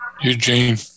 eugene